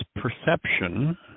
perception